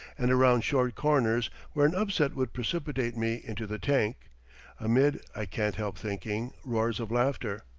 and around short corners where an upset would precipitate me into the tank amid, i can't help thinking, roars of laughter.